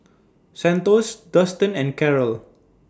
Santos Dustan and Karyl